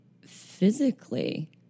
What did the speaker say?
physically